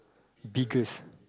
biggest